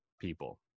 people